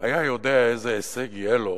היה יודע איזה הישג יהיה לו,